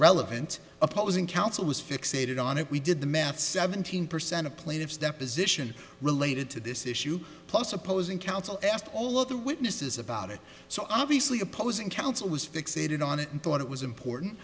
relevant opposing counsel was fixated on it we did the math seventeen percent of plaintiffs deposition related to this issue plus opposing counsel and all of the witnesses about it so obviously opposing counsel was fixated on it and thought it was important